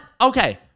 okay